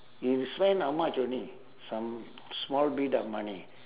you spend how much only some small bit of money